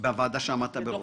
של הוועדה שעמדת בראשה.